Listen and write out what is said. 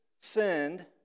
send